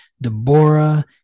Deborah